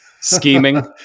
scheming